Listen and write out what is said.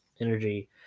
energy